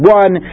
one